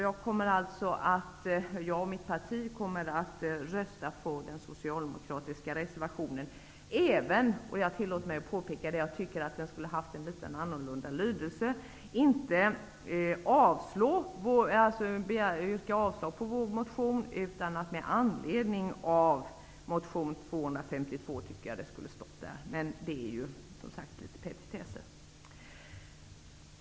Jag och mitt parti kommer alltså att rösta på den socialdemokratiska reservationen, även, vilket jag tillåter mig att påpeka, om jag tycker att den skulle ha haft en litet annorlunda lydelse. I stället för att det står ''med avslag på motion 1992 93:252. Men det är litet petitesser.